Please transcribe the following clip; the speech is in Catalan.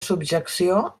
subjecció